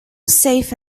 safe